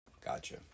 Gotcha